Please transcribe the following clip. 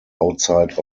outside